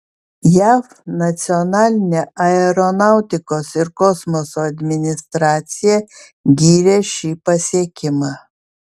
jav nacionalinė aeronautikos ir kosmoso administracija gyrė šį pasiekimą